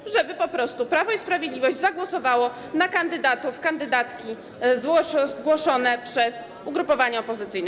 lub żeby po prostu Prawo i Sprawiedliwość zagłosowało na kandydatów, kandydatki zgłoszone przez ugrupowania opozycyjne.